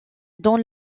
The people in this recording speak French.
dans